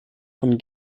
von